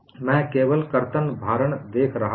मैं केवल कर्तन भारण देख रहा हूं